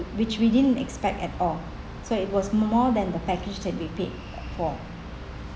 which we didn't expect at all so it was more than the package that we paid for